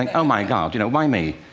and oh my god. you know why me?